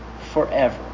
forever